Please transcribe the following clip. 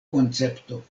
koncepto